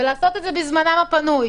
ולעשות אותן בזמנם הפנוי.